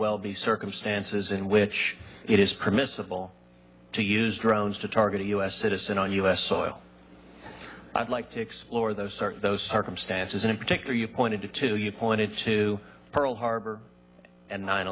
well be circumstances in which it is permissible to use drones to target a u s citizen on u s soil i'd like to explore those sort of those circumstances in particular you pointed to two you pointed to pearl harbor and nine